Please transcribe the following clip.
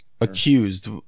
accused